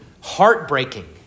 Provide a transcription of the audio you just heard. heartbreaking